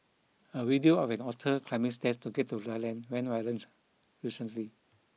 a video of an otter climbing stairs to get to land went recently